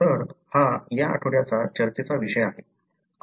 तर हा या आठवड्याच्या चर्चेचा विषय आहे